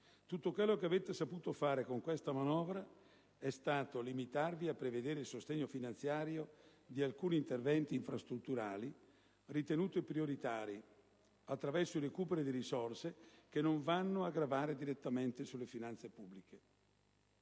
tutto quello che avete saputo fare con questa manovra è stato limitarvi a prevedere il sostegno finanziario di alcuni interventi infrastrutturali ritenuti prioritari, attraverso il recupero di risorse che non vanno a gravare direttamente sulle finanze pubbliche.